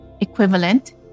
equivalent